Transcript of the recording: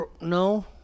no